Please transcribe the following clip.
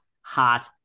hot